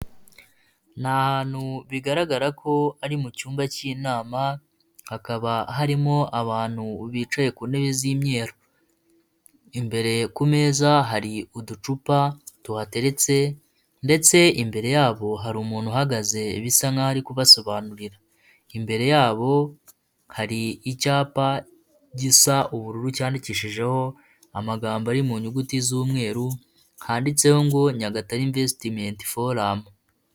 Ni ahantu bigaragara ko ari mu cyumba k'inama hakaba harimo abantu bicaye ku ntebe z'imyeru, imbere ku meza hari uducupa tuhateretse ndetse imbere yabo hari umuntu uhagaze bisa nkaho ari kubasobanurira, imbere yabo hari icyapa gisa ubururu cyandikishijeho amagambo ari mu nyuguti z'umweru handitseho ngo ''Nyagatare invesitimenti foramu.''